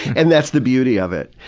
and that's the beauty of it.